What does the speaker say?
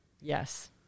Yes